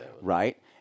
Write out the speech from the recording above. right